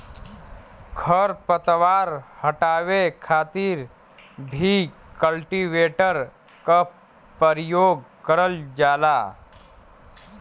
खर पतवार हटावे खातिर भी कल्टीवेटर क परियोग करल जाला